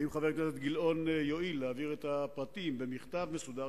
ואם חבר הכנסת גילאון יואיל להעביר את הפרטים במכתב מסודר,